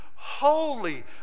Holy